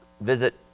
visit